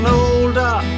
older